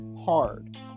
hard